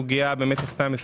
ממוצע.